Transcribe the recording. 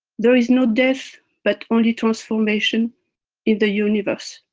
there is no death but only transformation in the universe.